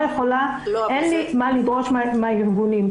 אין לי מה לדרוש מהארגונים.